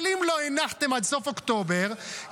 אבל אם לא הנחתם עד סוף אוקטובר יש